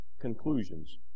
conclusions